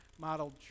modeled